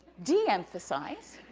de-emphasized